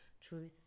Truth